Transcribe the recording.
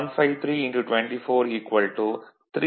153 24 3